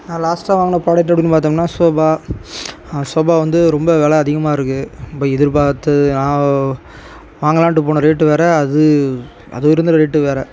நான் லாஸ்ட்டாக வாங்கின ப்ராடக்ட் அப்படினு பார்த்தோம்னா சோஃபா சோஃபா வந்து ரொம்ப வில அதிகமாகருக்கு நம்ம எதிர்பார்த்து நான் வாங்கலான்ட்டு போன ரேட்டு வேறு அது அது இருந்த ரேட்டு வேறு